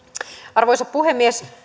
arvoisa puhemies